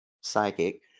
psychic